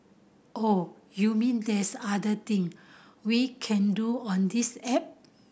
oh you mean there's other thing we can do on this app